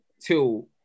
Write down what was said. till